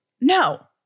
No